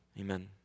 amen